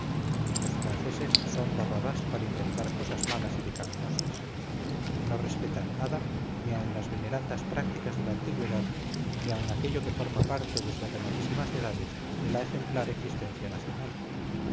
los franceses son barrabás para inventar cosas malas y pecaminosas no respetan nada ni aun las venerandas prácticas de la antigüedad ni aun aquello que forma parte desde remotísimas edades de la ejemplar existencia nacional